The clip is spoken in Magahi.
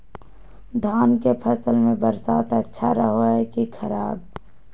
धान के फसल में बरसात अच्छा रहो है कि खराब?